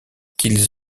qu’ils